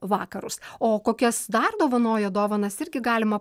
vakarus o kokias dar dovanojo dovanas irgi galima